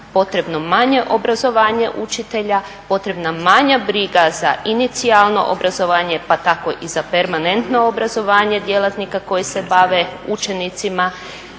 potrebno manje obrazovanje učitelja, potrebna manja briga za inicijalno obrazovanje, pa tako i za permanentno obrazovanje djelatnika koji se bave učenicima